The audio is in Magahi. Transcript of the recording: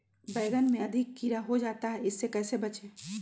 बैंगन में अधिक कीड़ा हो जाता हैं इससे कैसे बचे?